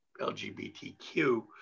LGBTQ